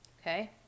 okay